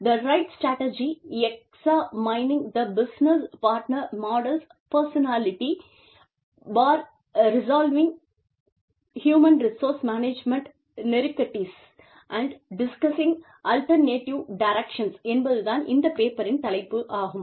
the right strategy examining the business partner models functionality for resolving human resource management நெருக்கடிஸ் and discussing alternative directions என்பது தான் இந்த பேப்பரின் தலைப்பு ஆகும்